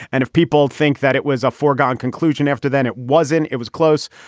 and if people think that it was a foregone conclusion after then, it wasn't. it was close.